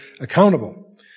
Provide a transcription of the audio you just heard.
accountable